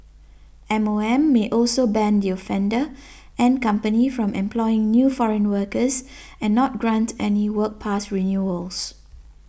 M O M may also ban the offender and company from employing new foreign workers and not grant any work pass renewals